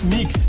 Mix